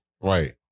Right